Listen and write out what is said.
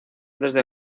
desde